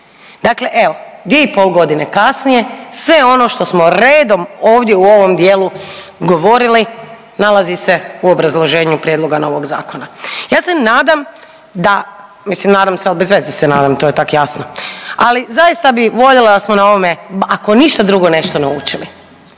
Dakle evo, dvije i pol godine kasnije sve ono što smo redom ovdje u ovom dijelu govorili nalazi se u obrazloženju prijedloga novog zakona. Ja se nadam da, mislim nadam se ali bezveze se nadam to je tak' jasno, ali zaista bih voljela da smo na ovome ako ništa drugo nešto naučili